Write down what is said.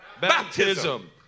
baptism